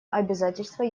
обязательства